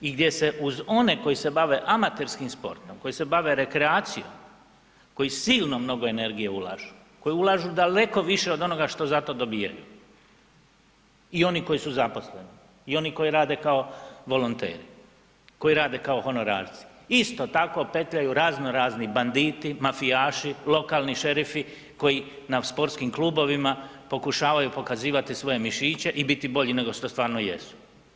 I gdje se uz one koji se bave amaterskim sportom, koji se bave rekreacijom koji silno mnogo energije ulažu, koji ulažu daleko više od onoga što za to dobijaju i oni koji su zaposleni i oni koji rade kao volonteri, koji rade kao honorarci, isto tako petljaju raznorazni banditi, mafijaši, lokalni šerifi koji na sportskim klubovima pokušavaju pokazivati svoje mišiće i biti bolji nego što stvarno jesu.